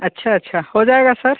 अच्छा अच्छा हो जाएगा सर